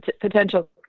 potential